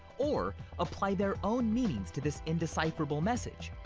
or apply their own meanings to this indecipherable message?